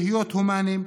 להיות הומניים,